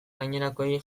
gainerakoei